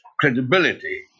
credibility